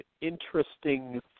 interesting